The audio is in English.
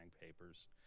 papers